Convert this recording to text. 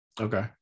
okay